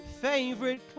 favorite